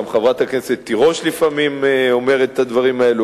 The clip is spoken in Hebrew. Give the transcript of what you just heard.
גם חברת הכנסת תירוש לפעמים אומרת את הדברים האלו,